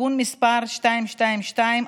(תיקון מס' 222),